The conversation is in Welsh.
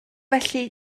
felly